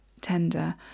tender